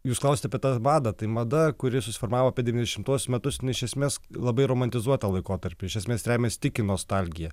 jūs klausiate apie tą madą tai mada kuri susiformavo apie devyniasdešimtuosius metus jinai iš esmės labai romantizuoja tą laikotarpį iš esmės remiasi tik į nostalgiją